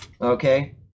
Okay